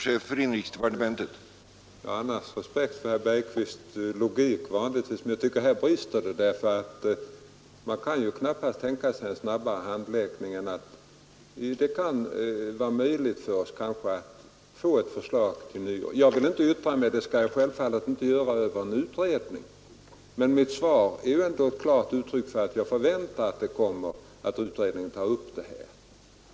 Herr talman! Jag har vanligtvis respekt för herr Bergqvists logik, men här tycker jag att den brister. Man kan knappast tänka sig en snabbare handläggning än denna; det kan vara möjligt för oss att framlägga ett förslag till nyår. Jag skall självfallet inte yttra mig över en utredning som inte är färdig, men mitt svar är ändå ett klart uttryck för att jag förväntar att utredningen tar upp denna fråga.